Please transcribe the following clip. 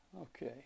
Okay